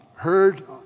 heard